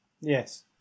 Yes